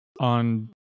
on